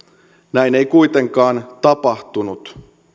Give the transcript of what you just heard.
näin ei kuitenkaan tapahtunut